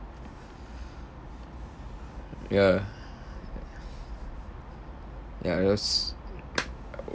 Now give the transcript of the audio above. ya ya that's